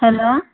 hello